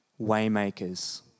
waymakers